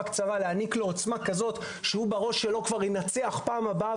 קצרה להעניק לו עוצמה כזאת שהוא בראש שלו ינצח בפעם הבאה.